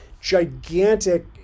gigantic